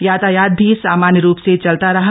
यातायात भी सामान्य रूप से चलता रहा